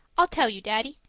i'll tell you, daddy,